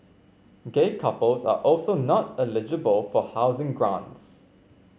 gay couples are also not eligible for housing grants